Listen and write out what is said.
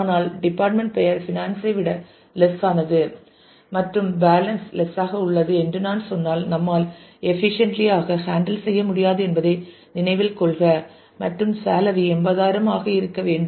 ஆனால் டிபார்ட்மெண்ட் பெயர் பினான்ஸ் ஐ விட லெஸ் ஆனது மற்றும் பேலன்ஸ் லெஸ் ஆக உள்ளது என்று நான் சொன்னால் நம்மால் எபிஷியன்ட்லி ஆக ஹேண்டில் செய்ய முடியாது என்பதை நினைவில் கொள்க மற்றும் சேலரி 80000 ஆக இருக்க வேண்டும்